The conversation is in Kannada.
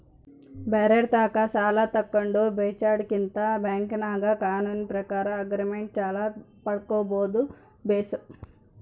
ಬ್ಯಾರೆರ್ ತಾಕ ಸಾಲ ತಗಂಡು ಪೇಚಾಡದಕಿನ್ನ ಬ್ಯಾಂಕಿನಾಗ ಕಾನೂನಿನ ಪ್ರಕಾರ ಆಗ್ರಿಮೆಂಟ್ ಸಾಲ ಪಡ್ಕಂಬದು ಬೇಸು